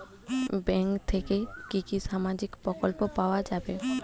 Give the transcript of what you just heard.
Bank থেকে কি কি সামাজিক প্রকল্প পাওয়া যাবে?